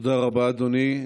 תודה רבה, אדוני.